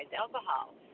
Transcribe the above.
alcohol